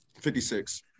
56